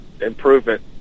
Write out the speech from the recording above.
improvement